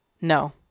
no